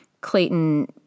Clayton